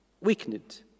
weakened